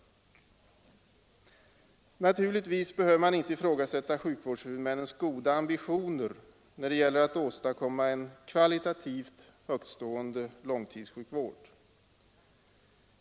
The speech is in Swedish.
Naturligtvis behöver man inte ifrågasätta sjukvårdshuvudmännens goda ambitioner när det gäller att åstadkomma en kvalitativt högtstående långtidssjukvård.